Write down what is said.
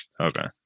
Okay